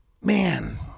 Man